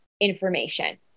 information